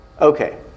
okay